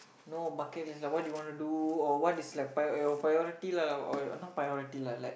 no bucket is like what you wanna do or what is like priority priority your priority lah or not priority lah like